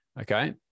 okay